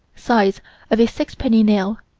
size of a six-penny nail,